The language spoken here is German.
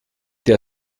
der